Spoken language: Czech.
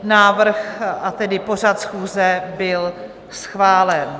Návrh, a tedy pořad schůze byl schválen.